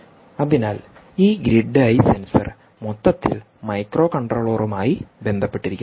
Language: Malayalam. അതിനാൽ ഈ ഗ്രിഡ് ഐ സെൻസർ മൊത്തത്തിൽ മൈക്രോകൺട്രോളറുമായി ബന്ധപ്പെട്ടിരിക്കുന്നു